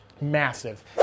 massive